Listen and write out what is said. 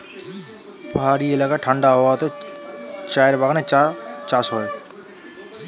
পাহাড়ি এলাকায় ঠাণ্ডা আবহাওয়াতে চায়ের বাগানে চা চাষ হয়